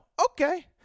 Okay